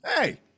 hey